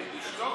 לשתוק?